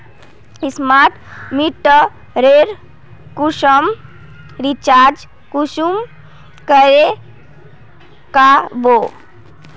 Smart मीटरेर कुंसम recharge कुंसम करे का बो?